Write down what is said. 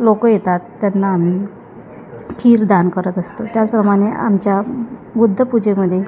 लोक येतात त्यांना आम्ही खीरदान करत असतो त्याचप्रमाणे आमच्या बुद्धपूजेमध्ये